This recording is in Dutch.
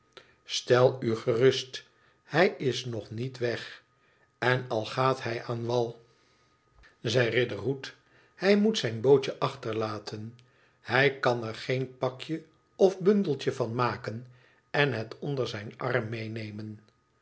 stel u gerust hij is nog niet weg en al gaat hij aan wal zei riderhood ihij moet zijn bootje achterlaten hij kan er geen pakje of bundeltje van maken en het onder zijn arm meenemen